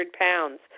pounds